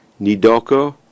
Nidoco